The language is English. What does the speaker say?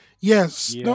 Yes